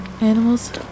Animals